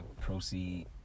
proceed